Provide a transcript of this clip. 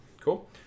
cool